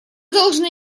должны